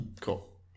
Cool